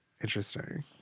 interesting